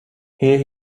here